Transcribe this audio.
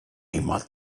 immer